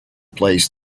plays